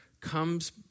comes